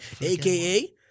aka